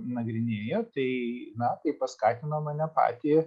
nagrinėja tai na tai paskatino mane patį